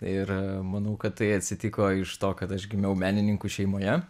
ir manau kad tai atsitiko iš to kad aš gimiau menininkų šeimoje